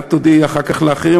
את תודי אחר כך לאחרים.